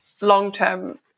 long-term